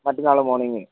മറ്റന്നാൾ മോണിങ്